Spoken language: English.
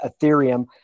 Ethereum